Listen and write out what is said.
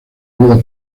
vida